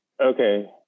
okay